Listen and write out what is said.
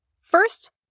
First